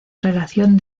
relación